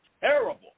terrible